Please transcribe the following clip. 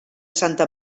santa